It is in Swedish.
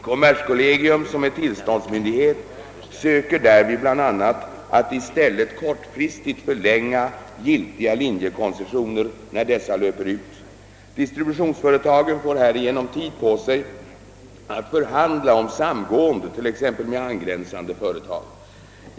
Kommerskollegium — som är tillståndsmyndighet — söker därvid bl.a. att i stället kortfristigt förlänga giltiga linjekoncessioner när dessa löper ut. Distributionsföretagen får härigenom tid på sig för att förhandla om samgående t.ex. med angränsande företag.